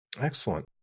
Excellent